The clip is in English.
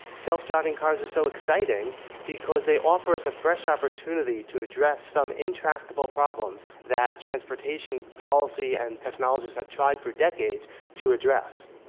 self-driving cars are so exciting because they offer us a fresh opportunity to address some intractable problems that transportation policy and technologists have tried for decades to address.